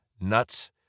nuts